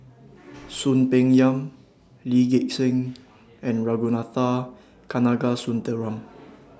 Soon Peng Yam Lee Gek Seng and Ragunathar Kanagasuntheram